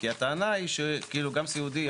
כי הטענה היא שגם סיעודי,